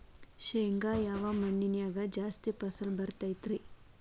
ಶೇಂಗಾ ಯಾವ ಮಣ್ಣಿನ್ಯಾಗ ಜಾಸ್ತಿ ಫಸಲು ಬರತೈತ್ರಿ?